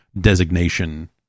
designation